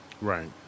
right